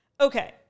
Okay